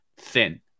Thin